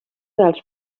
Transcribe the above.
dels